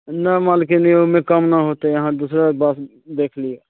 नहि मलकिनी ओहिमे कम नहि होतै अहाँ दूसरा बस देखि लिअ